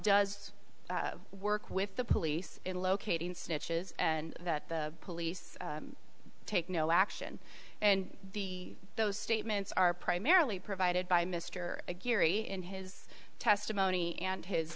does work with the police in locating snitches and that the police take no action and the those statements are primarily provided by mr geary in his testimony and his